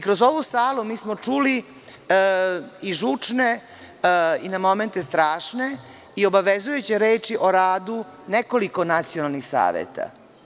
Kroz ovu salu smo čuli žučne i na momente strašne i obavezujuće reči o radu nekoliko nacionalnih saveta.